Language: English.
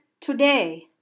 today